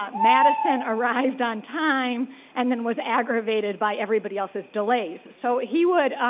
um madison arrived on time and then was aggravated by everybody else's delay. so, he would,